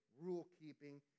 rule-keeping